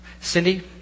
Cindy